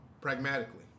pragmatically